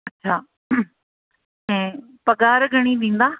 अच्छा ऐं पघार घणी ॾींदा